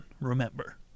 remember